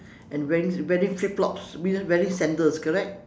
and wearing wearing flip flops wearing sandals correct